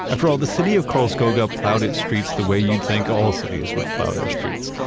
after all, the city of karlskoga plowed its streets the way you'd think all cities would plow their streets,